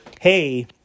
hey